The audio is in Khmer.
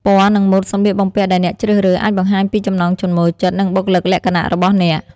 ពណ៌ និងម៉ូដសម្លៀកបំពាក់ដែលអ្នកជ្រើសរើស អាចបង្ហាញពីចំណង់ចំណូលចិត្ត និងបុគ្គលិកលក្ខណៈរបស់អ្នក។